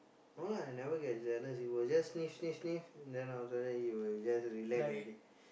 no lah I never get jealous he will just sniff sniff sniff then after that he will just relax already